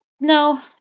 no